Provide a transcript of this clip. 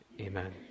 Amen